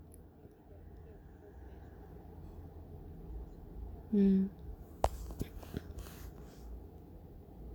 mm